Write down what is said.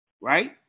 right